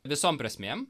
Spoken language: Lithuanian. visom prasmėm